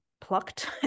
plucked